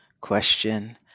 question